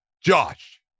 Josh